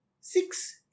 Six